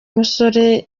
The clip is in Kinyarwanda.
umusore